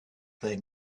they